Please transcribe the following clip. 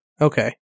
Okay